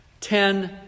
Ten